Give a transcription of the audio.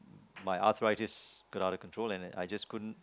my arthritis got out of control and I just couldn't